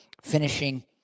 finishing